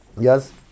Yes